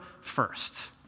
first